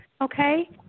Okay